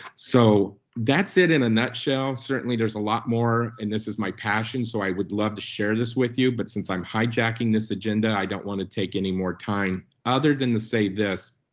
so that's it in a nutshell. certainly there's a lot more, and this is my passion so i would love to share this with you, but since i'm hijacking this agenda, i don't wanna take any more time other than to say this.